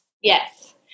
Yes